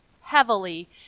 heavily